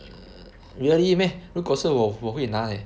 err really meh 如果是我我会拿 leh